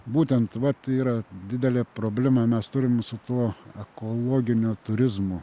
būtent vat yra didelė problema mes turim su tuo ekologiniu turizmu